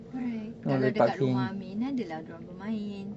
correct kalau dekat rumah amin ada lah dia orang bermain